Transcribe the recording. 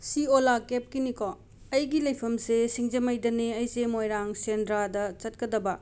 ꯁꯤ ꯑꯣꯂꯥ ꯀꯦꯞꯀꯤꯅꯤꯀꯣ ꯑꯩꯒꯤ ꯂꯩꯐꯝꯁꯦ ꯁꯤꯡꯖꯃꯩꯗꯅꯦ ꯑꯩꯁꯦ ꯃꯣꯏꯔꯥꯡ ꯁꯦꯟꯗ꯭ꯔꯥꯗ ꯆꯠꯀꯗꯕ